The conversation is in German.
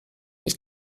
ich